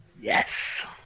Yes